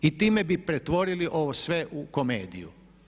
I time bi pretvorili ovo sve u komediju.